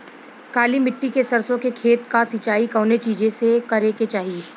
काली मिट्टी के सरसों के खेत क सिंचाई कवने चीज़से करेके चाही?